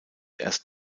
erst